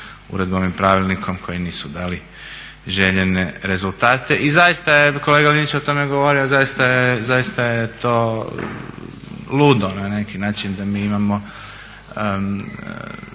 uredbom i pravilnikom koji nisu dali željene rezultate. I zaista je kolega Linić o tome govorio, zaista je to ludo na neki način da mi imamo